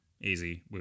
Easy